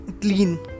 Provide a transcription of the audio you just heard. clean